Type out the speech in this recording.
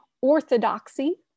orthodoxy